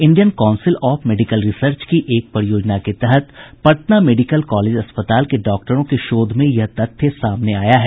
Indian council of medical research की एक परियोजना के तहत पटना मेडिकल कॉलेज अस्पताल के डॉक्टरों के शोध में यह तथ्य सामने आया है